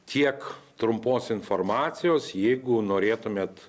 tiek trumpos informacijos jeigu norėtumėt